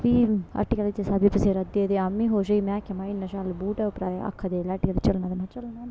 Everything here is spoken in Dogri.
फ्ही हट्टिया आह्ले जिसलै बी पसेरा दे हे ते अम्मी खुश होई में आखेआ महा इ'न्ना शैल बूट ऐ उप्परा एह् आखै दे जेल्लै हट्टिया आह्ले चलना आह्ला महां चलना होना